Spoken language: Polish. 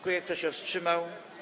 Kto się wstrzymał?